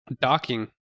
Docking